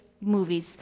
movies